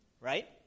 right